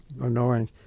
annoying